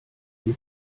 sie